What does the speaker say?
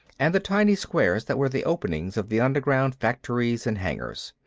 and the tiny squares that were the openings of the underground factories and hangars.